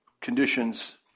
conditions